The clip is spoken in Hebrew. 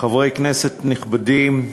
חברי כנסת נכבדים,